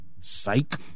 Psych